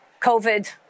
COVID